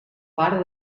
part